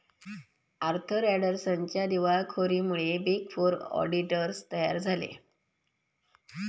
Arthur अँडरसनच्या दिवाळखोरीमुळे big four auditors तयार झाले